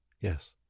yes